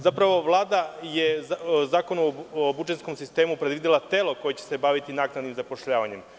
Zapravo, Vlada je u Zakonu o budžetskom sistemu predvidela telo koje će se baviti naknadnim zapošljavanjem.